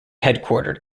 headquartered